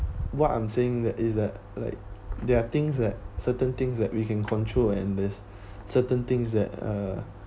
what I'm saying that is that like there are things that certain things that we can control and there's certain things that are